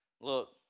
look